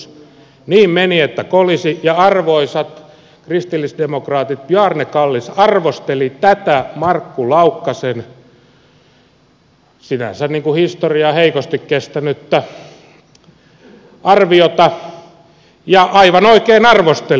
niin meni että kolisi ja arvoisat kristillisdemokraatit bjarne kallis arvosteli tätä markku laukkasen sinänsä historiaa heikosti kestänyttä arviota ja aivan oikein arvosteli